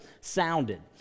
sounded